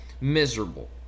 miserable